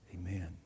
Amen